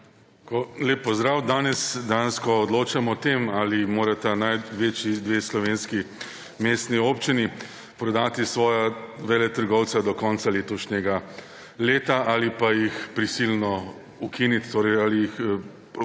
Lep pozdrav. Danes dejansko odločamo o tem, ali morata največji dve slovenski mestni občini prodati svoja veletrgovca do konca letošnjega leta ali pa jih prisilno ukiniti ali jih